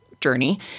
Journey